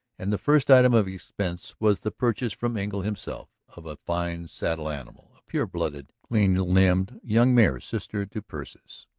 and the first item of expense was the purchase from engle himself of a fine saddle-animal, a pure-blooded, clean-limbed young mare, sister to persis.